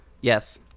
Yes